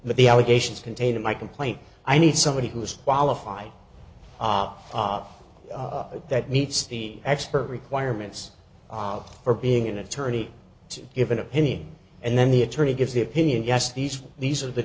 the allegations contained in my complaint i need somebody who is qualified of that meets the expert requirements for being an attorney to give an opinion and then the attorney gives the opinion yes these these are the